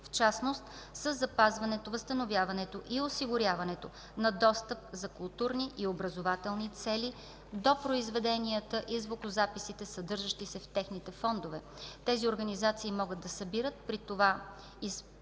в частност със запазването, възстановяването и осигуряването на достъп за културни и образователни цели до произведенията и звукозаписите, съдържащи се в техните фондове. Тези организации могат да събират при това използване